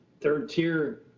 third-tier